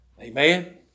Amen